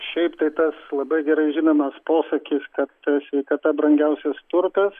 šiaip tai tas labai gerai žinomas posakis kad sveikata brangiausias turtas